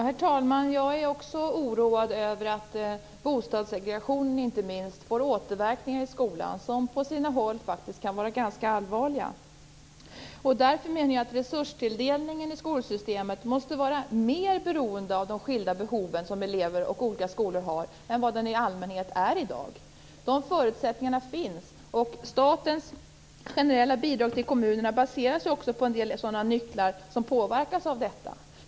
Herr talman! Jag är också oroad över att bostadssegregationen, inte minst, får återverkningar i skolan. De kan på sina håll vara ganska allvarliga. Därför menar jag att resurstilldelningen i skolsystemet måste grunda sig mer på de skilda behov som elever och olika skolor har än vad den i allmänhet gör i dag. Förutsättningarna finns, och statens generella bidrag till kommunerna baseras ju också på en del sådana nycklar som påverkas av detta.